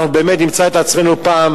אנחנו באמת נמצא את עצמנו פעם